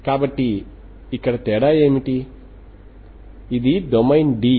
కాబట్టి ఇక్కడ తేడా ఏమిటి ఇది డొమైన్ D